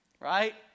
Right